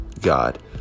God